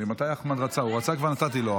ממתי אחמד רצה, הוא רצה וכבר נתתי לו.